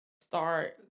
start